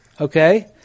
Okay